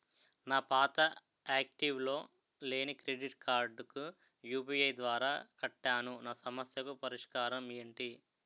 నా పాత యాక్టివ్ లో లేని క్రెడిట్ కార్డుకు యు.పి.ఐ ద్వారా కట్టాను నా సమస్యకు పరిష్కారం ఎంటి?